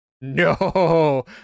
no